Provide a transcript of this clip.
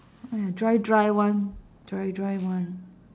!aiya! dry dry one dry dry one